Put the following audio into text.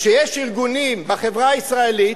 כשיש ארגונים בחברה הישראלית,